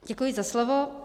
Děkuji za slovo.